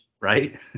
Right